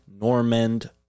Normand